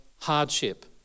hardship